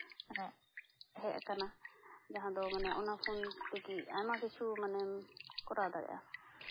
ᱢᱟᱱᱮ ᱦᱮᱡ ᱟᱠᱱᱟ ᱡᱟᱦᱟᱸ ᱫᱚ ᱚᱱᱟ ᱯᱷᱳᱱ ᱛᱮᱜᱮ ᱟᱭᱢᱟ ᱠᱤᱪᱷᱩᱢ ᱢᱟᱱᱮᱢ ᱠᱚᱨᱟᱣ ᱫᱟᱲᱮᱭᱟᱜᱼᱟ